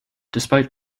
despite